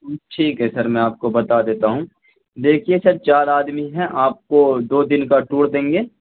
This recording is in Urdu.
ٹھیک ہے سر میں آپ کو بتا دیتا ہوں دیکھیے سر چار آدمی ہیں آپ کو دو دن کا ٹور دیں گے